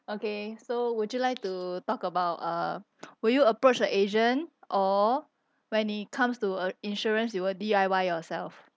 okay so would you like to talk about uh will you approach a asian or when it comes to err insurance you will D_I_Y yourself